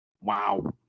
wow